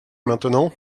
maintenant